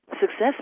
success